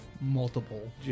multiple